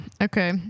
Okay